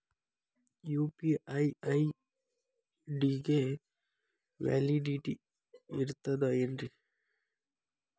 UPI ID ಗೆ validity ಇರತದ ಏನ್ರಿ?